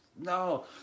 No